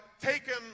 taken